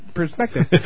perspective